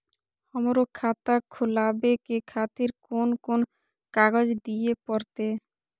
हमरो खाता खोलाबे के खातिर कोन कोन कागज दीये परतें?